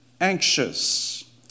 anxious